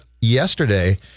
yesterday